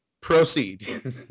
Proceed